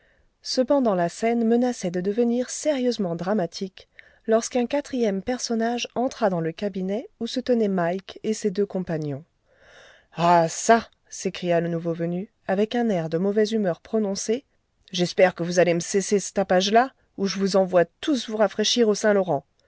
cependant la scène menaçait de devenir sérieusement dramatique lorsqu'un quatrième personnage entra dans le cabinet où se tenait mike et ses deux compagnons ah ça s'écria le nouveau venu avec un air de mauvaise humeur prononcée j'espère que vous allez me cesser ce tapage là ou je vous envoie tous vous rafraîchir au saint-laurent